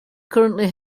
currently